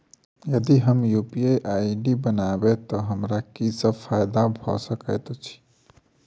यदि हम U P I I D बनाबै तऽ हमरा की सब फायदा भऽ सकैत अछि?